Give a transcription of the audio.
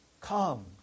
Come